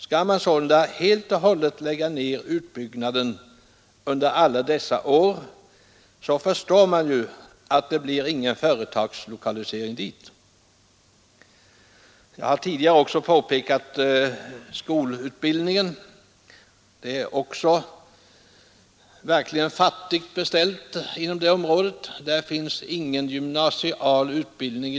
Om man under så många år skall avstå helt från planerade utbyggnader av vägarna, så förstår man ju att det inte heller blir någon företagslokalisering till området. Jag har tidigare också pekat på skolutbildningen, där det likaledes är fattigt beställt i området. Det finns i dag ingen gymnasial utbildning.